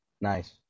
Nice